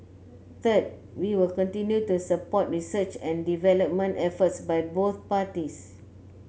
third we will continue to support research parties